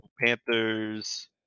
Panthers